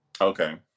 okay